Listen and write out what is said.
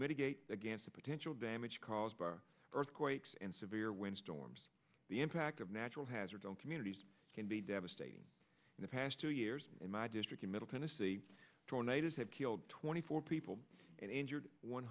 mitigate against the potential damage caused by earthquakes and severe wind storms the impact of natural hazards on communities can be devastating in the past two years in my district in middle tennessee tornadoes have killed twenty four people and injured one